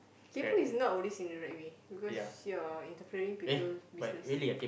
kaypo is not always in the right me because you are interpreting people business